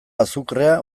azukrea